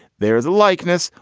there is a likeness.